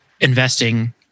investing